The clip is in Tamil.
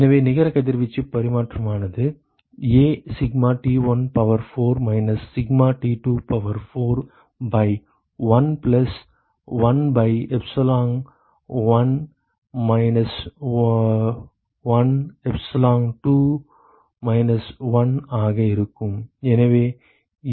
எனவே நிகர கதிர்வீச்சு பரிமாற்றமானது A sigma T1 power 4 minus sigma T2 power 4 by 1 plus 1 by epsilon 1 minus 1 epsilon 2 minus 1 ஆக இருக்கும்